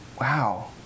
Wow